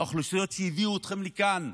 האוכלוסיות שהביאו אתכם לכאן,